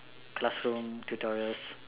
classroom tutorials